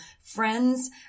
friends